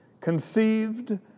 conceived